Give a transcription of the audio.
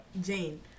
Jane